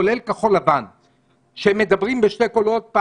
כולל כחול לבן שמדברים בשני קולות,